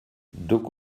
duck